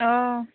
অঁ